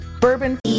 Bourbon